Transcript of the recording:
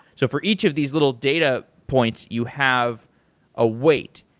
so for each of these little data points, you have a weight.